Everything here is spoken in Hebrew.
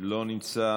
לא נמצא.